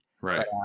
right